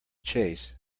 chase